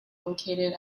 located